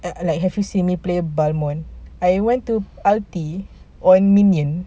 like have you seen me play balmond I went to ulti on minion